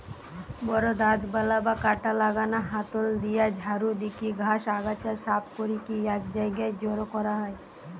বড় দাঁতবালা বা কাঁটা লাগানা হাতল দিয়া ঝাড়ু দিকি ঘাস, আগাছা সাফ করিকি এক জায়গায় জড়ো করা হয়